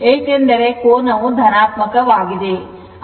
ಏಕೆಂದರೆ ಕೋನವು ಧನಾತ್ಮಕವಾಗಿದೆ